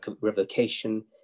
revocation